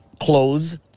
clothes